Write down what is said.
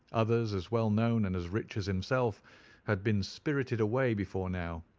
others as well known and as rich as himself had been spirited away before now,